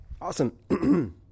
Awesome